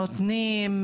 נותנים,